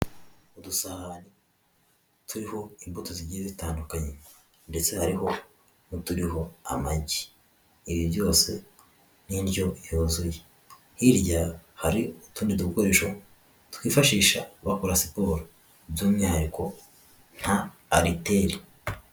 Udusahani turiho imbuto zigiye zitandukanye, ndetse ariho n'uturiho amagi, ibi byose ni indyo yuzuye, hirya hari utundi dukoresho twifashisha bakora siporo, by'umwihariko nka ariteri